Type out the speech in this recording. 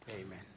Amen